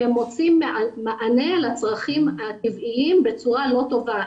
שהם מוצאים מענה לצרכים הטבעיים בצורה לא טובה,